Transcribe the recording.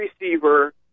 receiver